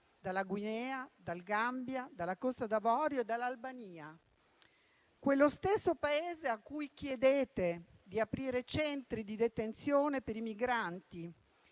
dalla Guinea, dal Gambia, dalla Costa d'Avorio e dall'Albania. Quello stesso Paese a cui chiedete di aprire centri di detenzione per i migranti